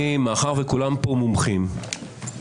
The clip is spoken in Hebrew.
מאחר שכולם פה מומחים,